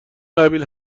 قبیل